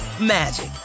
magic